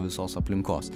visos aplinkos